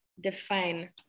define